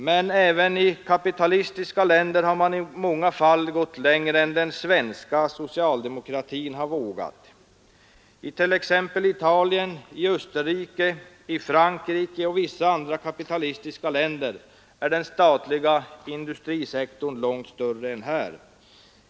Men även i kapitalistiska länder har man i många fall gått längre än den svenska socialdemokratin har vågat. I t.ex. Italien, Österrike, Frankrike och vissa andra kapitalistiska länder är den statliga industrisektorn långt större än här.